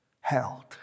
held